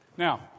Now